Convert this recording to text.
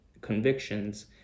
convictions